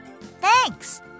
Thanks